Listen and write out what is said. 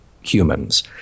humans